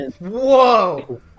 whoa